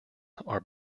are